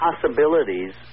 possibilities